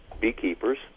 beekeepers